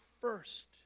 first